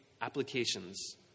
applications